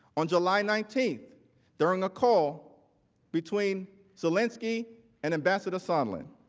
on july nineteenth during a call between zelensky and ambassador sondland.